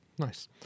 Nice